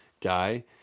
guy